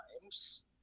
times